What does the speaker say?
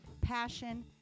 passion